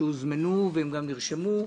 שהוזמנו וגם נרשמו,